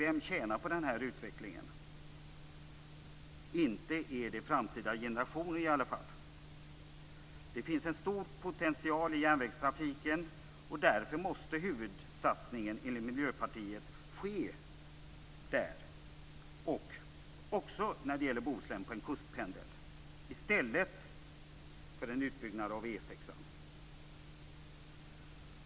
Vem tjänar på utvecklingen? Inte är det framtida generationer. Det finns en stor potential i järnvägstrafiken. Därför måste huvudsatsningen enligt Miljöpartiet ske där. I Bohuslän måste det bli en kustpendel i stället för en utbyggnad av E 6.